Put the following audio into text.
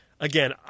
again